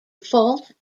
fault